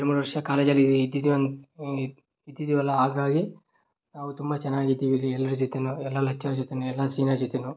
ಎರಡು ಮೂರು ವರ್ಷ ಕಾಲೇಜಲ್ಲಿ ಇದ್ದಿದ್ದೇವೆ ಅನ್ ಇದ್ದಿದ್ದೇವಲ್ಲ ಹಾಗಾಗಿ ನಾವು ತುಂಬ ಚೆನ್ನಾಗಿದ್ದೀವಿ ಇಲ್ಲಿಎಲ್ಲಾರ ಜೊತೆನು ಎಲ್ಲ ಲೆಕ್ಚರ್ ಜೊತೆ ಎಲ್ಲ ಸೀನಿಯರ್ ಜೊತೆ